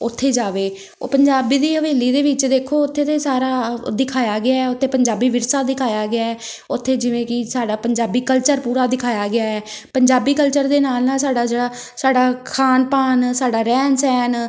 ਉੱਥੇ ਜਾਵੇ ਉਹ ਪੰਜਾਬੀ ਦੀ ਹਵੇਲੀ ਦੇ ਵਿੱਚ ਦੇਖੋ ਉੱਥੇ ਤੇ ਸਾਰਾ ਦਿਖਾਇਆ ਗਿਆ ਉਤੇ ਪੰਜਾਬੀ ਵਿਰਸਾ ਦਿਖਾਇਆ ਗਿਆ ਉੱਥੇ ਜਿਵੇਂ ਕਿ ਸਾਡਾ ਪੰਜਾਬੀ ਕਲਚਰ ਪੂਰਾ ਦਿਖਾਇਆ ਗਿਆ ਹੈ ਪੰਜਾਬੀ ਕਲਚਰ ਦੇ ਨਾਲ ਨਾਲ ਸਾਡਾ ਜਿਹੜਾ ਸਾਡਾ ਖਾਣ ਪਾਣ ਸਾਡਾ ਰਹਿਣ ਸਹਿਣ